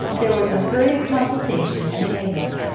there was a hurried consultation in the hay-mow.